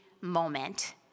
moment